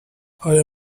آیا